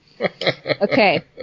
Okay